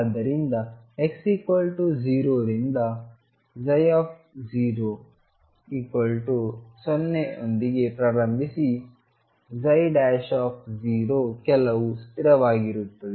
ಆದ್ದರಿಂದ x 0 ರಿಂದ 00ನೊಂದಿಗೆ ಪ್ರಾರಂಭಿಸಿ 0 ಕೆಲವು ಸ್ಥಿರವಾಗಿರುತ್ತದೆ